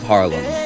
Harlem